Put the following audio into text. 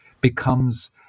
becomes